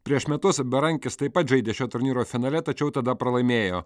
prieš metus berankis taip pat žaidė šio turnyro finale tačiau tada pralaimėjo